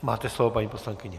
Máte slovo, paní poslankyně.